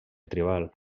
tribal